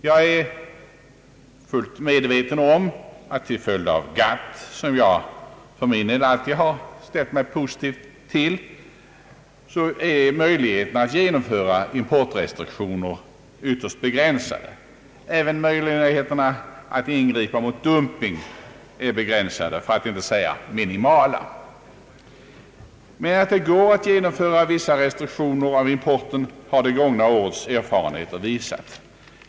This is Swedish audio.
Jag är fullt medveten om att till följd av GATT — som jag för min del alltid har ställt mig positiv till — möjligheterna att genomföra importrestriktioner är ytterst begränsade. Även möj ligheterna att ingripa mot dumping är begränsade, för att inte säga minimala. Men det gångna årets erfarenheter har visat att det går att genomföra vissa restriktioner av importen.